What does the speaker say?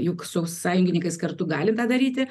juk su sąjungininkais kartu galim tą daryti